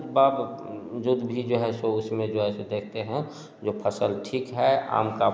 जो बीज है सो उसमें जो है सो देखते हैं जो फसल ठीक है आम का